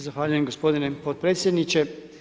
Zahvaljujem gospodine potpredsjedniče.